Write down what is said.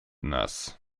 нас